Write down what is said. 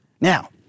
Now